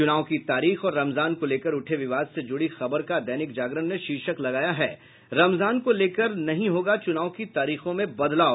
चुनावी की तारीख और रमजान को लेकर उठे विवाद से जुड़ी खबर का दैनिक जागरण ने शीर्षक लगाया है रजमान को लेकर नहीं होगा चुनाव की तारीखों में बदलाव